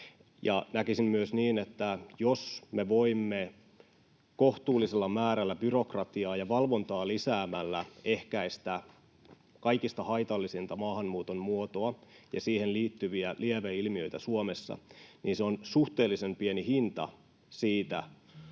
Näkisin myös niin, että jos me voimme kohtuullisella määrällä byrokratiaa ja valvontaa lisäämällä ehkäistä kaikista haitallisinta maahanmuuton muotoa ja siihen liittyviä lieveilmiöitä Suomessa, niin se on suhteellisen pieni hinta siitä,